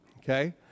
Okay